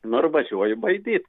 nu ir važiuoji baidyt